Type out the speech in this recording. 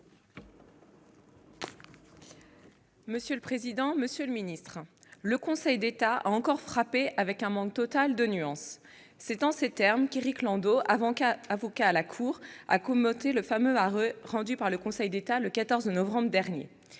Mme Christine Lavarde. « Le Conseil d'État a encore frappé avec un manque total de nuances. » C'est en ces termes qu'Éric Landot, avocat à la Cour, a commenté le fameux arrêt rendu par le Conseil d'État le 14 novembre dernier.